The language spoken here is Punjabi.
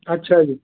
ਅੱਛਾ ਜੀ